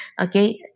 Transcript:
okay